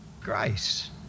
grace